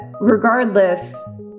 regardless